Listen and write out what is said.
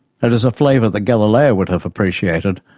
it is a flavour that galileo would have appreciated,